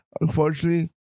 Unfortunately